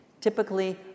Typically